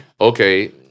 Okay